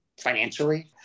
financially